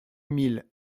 mille